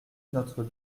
notre